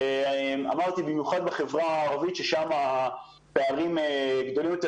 אמרתי שבחברה הערבית הפערים גדולים יותר,